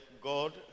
God